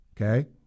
okay